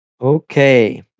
okay